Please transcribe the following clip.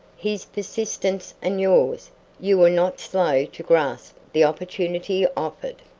his persistence and yours you were not slow to grasp the opportunity offered.